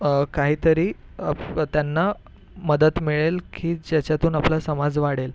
काहीतरी त्यांना मदत मिळेल की ज्याच्यातून आपला समाज वाढेल